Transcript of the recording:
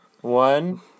One